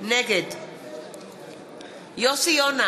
נגד יוסי יונה,